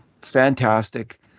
fantastic